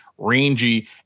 rangy